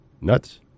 nuts